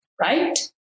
right